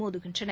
மோதுகின்றன